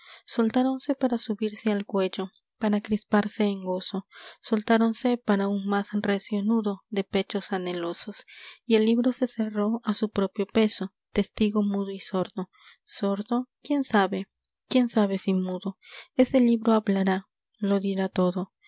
soltaron de pronto soltáronse para subirse al cuello para crisparse en gozo soltáronse para un más recio nudo de pechos anhelosos y el libro se cerró a su propio peso testigo mudo y sordo sordo quién sabe quién sabe si mudol ese libro hablará lo dirá todo